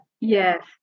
yes